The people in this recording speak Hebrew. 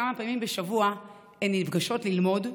כמה פעמים בשבוע הן נפגשות ללמוד,